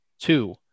Two